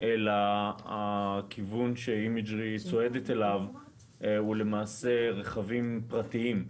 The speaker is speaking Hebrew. אלא הכיוון שאימג'רי צועדת אליו הוא רכבים פרטיים.